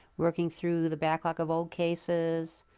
working through the backlog of old cases,